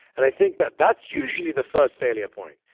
and i think that that's usually the first failure point.